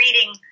reading